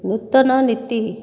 ନୂତନ ନୀତି